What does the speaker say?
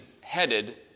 headed